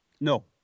No